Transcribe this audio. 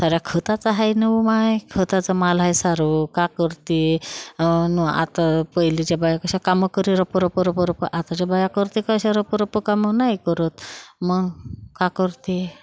साऱ्या खताचा आहे नऊ माय खताचं माल आहे सारं का करते न आता पहिलीच्या बाया कशा कामं करे रपरपरपरप आताच्या बाया करते कशा रपरप कामं नाही करत मग काय करते